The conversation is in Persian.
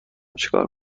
چیکار